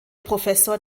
professor